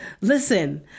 Listen